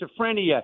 schizophrenia